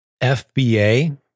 FBA